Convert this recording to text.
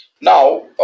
Now